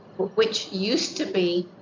which used to be,